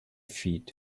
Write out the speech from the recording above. feet